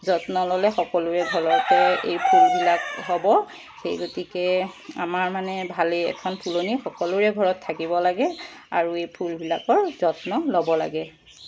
যত্ন ল'লে সকলোৰে ঘৰতে এই ফুলবিলাক হ'ব সেই গতিকে আমাৰ মানে ভালেই এখন ফুলনি সকলোৰে ঘৰত থাকিব লাগে আৰু এই ফুলবিলাকৰ যত্ন ল'ব লাগে